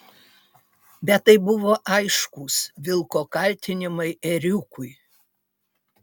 bet tai buvo aiškūs vilko kaltinimai ėriukui